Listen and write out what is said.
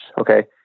okay